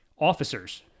officers